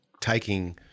taking